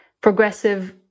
progressive